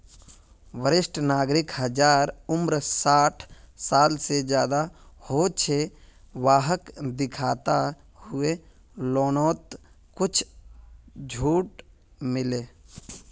वरिष्ठ नागरिक जहार उम्र साठ साल से ज्यादा हो छे वाहक दिखाता हुए लोननोत कुछ झूट मिले